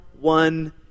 one